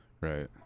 right